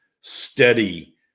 steady